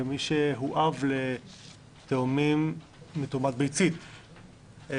כמי שהוא אב לתאומים מתרומת ביצית אני